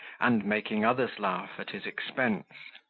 and making others laugh, at his expense.